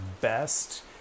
best